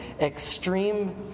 extreme